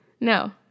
No